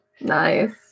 nice